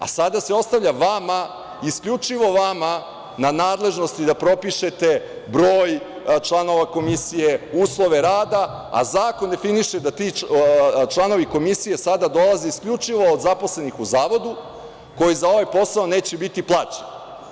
A sada se ostavlja vama, isključivo vama, na nadležnosti da propišete broj članova komisije, uslove rada, a zakon definiše da ti članovi komisije sada dolaze isključivo od zaposlenih u Zavodu, koji za ovaj posao neće biti plaćeni.